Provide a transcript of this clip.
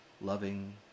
loving